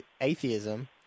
atheism